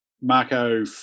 Marco